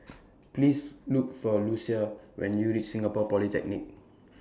Please Look For Lucia when YOU REACH Singapore Polytechnic